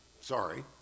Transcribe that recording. sorry